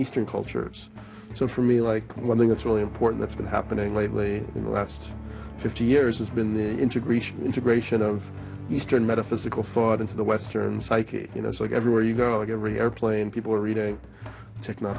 eastern cultures so for me like one thing that's really important that's been happening lately in the last fifty years has been the integration integration of eastern metaphysical thought into the western psyche you know it's like everywhere you go every airplane people are reading tech no